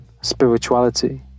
spirituality